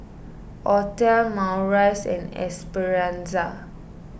Othel Maurice and Esperanza